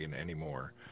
anymore